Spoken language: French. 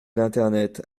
l’internet